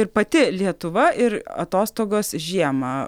ir pati lietuva ir atostogos žiemą